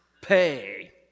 pay